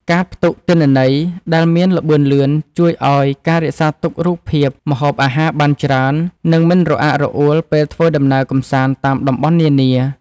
កាតផ្ទុកទិន្នន័យដែលមានល្បឿនលឿនជួយឱ្យការរក្សាទុករូបភាពម្ហូបអាហារបានច្រើន និង មិនរអាក់រអួលពេលធ្វើដំណើរកម្សាន្តតាមតំបន់នានា។